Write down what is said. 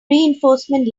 reinforcement